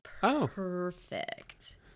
perfect